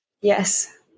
Yes